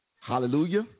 Hallelujah